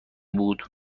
بود